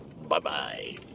Bye-bye